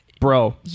Bro